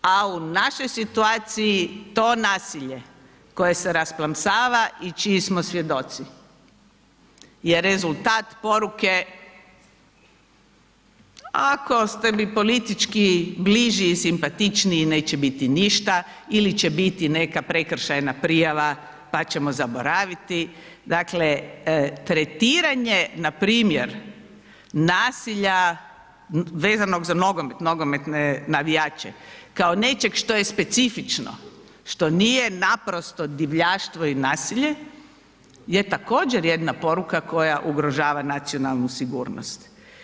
A u našoj situaciji, to nasilje koje se rasplamsava i čiji smo svjedoci je rezultat poruke, ako ste mi politički bliži i simpatičniji neće biti ništa ili će biti neka prekršajna prijava pa ćemo zaboraviti, dakle tretiranje npr. nasilja vezanog za nogomet, nogometne navijače kao nečeg što je specifično, što nije naprosto divljaštvo i nasilje je također jedna poruka koja ugrožava nacionalnu sigurnost.